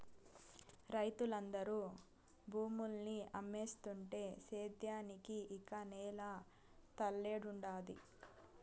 రైతులందరూ భూముల్ని అమ్మేస్తుంటే సేద్యానికి ఇక నేల తల్లేడుండాది